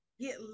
get